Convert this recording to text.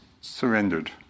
surrendered